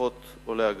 משפחות עולי הגרדום.